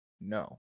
No